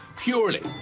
purely